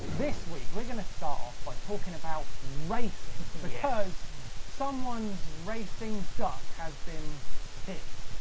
this week we're gonna start off by talking about racing because someone's racing duck has been hit.